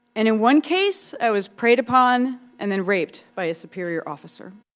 and in one case, i was preyed upon and then raped by a superior officer.